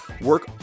work